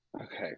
Okay